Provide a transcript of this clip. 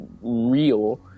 real